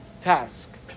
task